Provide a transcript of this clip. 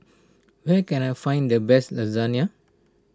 where can I find the best Lasagne